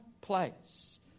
place